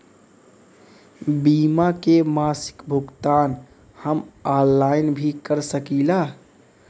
बीमा के मासिक भुगतान हम ऑनलाइन भी कर सकीला?